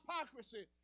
hypocrisy